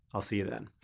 i'll see you then.